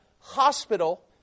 hospital